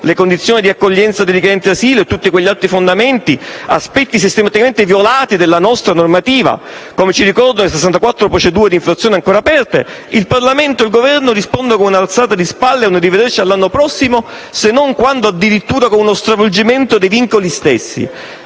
di condizioni di accoglienza per i richiedenti asilo e di tutti quegli altri fondamenti e aspetti sistematicamente violati dalla nostra normativa (come ci ricordano le 64 procedure di infrazione ancora aperte), il Parlamento e il Governo rispondono con un'alzata di spalle e un arrivederci all'anno prossimo, se non quando addirittura con uno stravolgimento dei vincoli stessi,